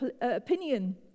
opinion